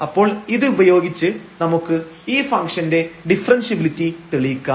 അപ്പോൾ ഇത് ഉപയോഗിച്ച് നമുക്ക് ഈ ഫംഗ്ഷൻറെ ഡിഫറെൻഷ്യബിലിറ്റി തെളിയിക്കാം